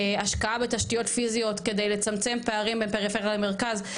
השקעה בתשתיות פיזיות כדי לצמצם פערים בין פריפריה למרכז,